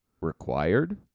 Required